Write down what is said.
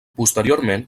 posteriorment